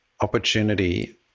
opportunity